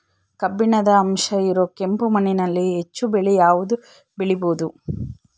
ಕಬ್ಬಿಣದ ಅಂಶ ಇರೋ ಕೆಂಪು ಮಣ್ಣಿನಲ್ಲಿ ಹೆಚ್ಚು ಬೆಳೆ ಯಾವುದು ಬೆಳಿಬೋದು?